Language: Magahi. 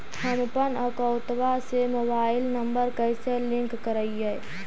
हमपन अकौउतवा से मोबाईल नंबर कैसे लिंक करैइय?